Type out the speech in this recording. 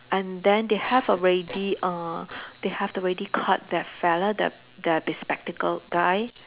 and then they have already uh they have already caught that fellow the the bespectacled guy